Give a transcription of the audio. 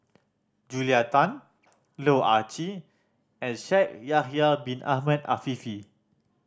Julia Tan Loh Ah Chee and Shaikh Yahya Bin Ahmed Afifi